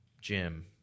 Jim